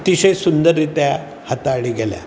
अतिशय सुंदर रित्या हाताळली गेल्या